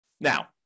Now